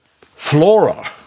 flora